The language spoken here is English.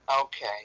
okay